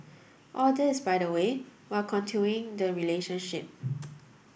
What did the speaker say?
all this by the way while continuing the relationship